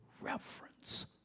reference